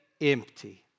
empty